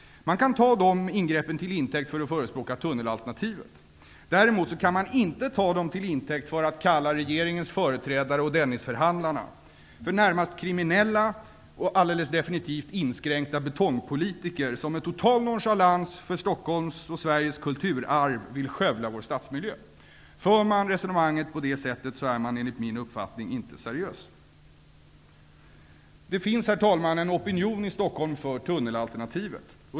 Man kan ta dem till intäkt för att förespråka tunnelalternativet. Däremot kan man inte ta dem till intäkt för att kalla regeringens företrädare och Dennisförhandlarna för närmast kriminella och alldeles definitivt inskränkta betongpolitiker, vilka med total nonchalans för Stockholms och Sveriges kulturarv vill skövla och förstöra vår stadsmiljö. För man resonemanget på det sättet är man enligt min uppfattning inte seriös! Herr talman! Det finns en opinion i Stockholm för en tunnellösning.